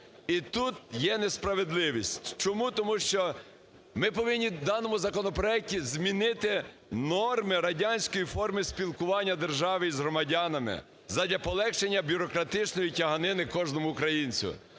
І тут є несправедливість чому? Тому що ми повинні в даному законопроекті змінити норми радянської форми спілкування держави із громадянами задля полегшення бюрократичної тяганини кожному українцю.